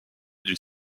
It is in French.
d’une